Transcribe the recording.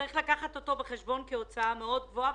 צריך לקחת אותו בחשבון כהוצאה מאוד גבוהה.